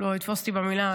שלא יתפוס אותי במילה,